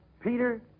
Peter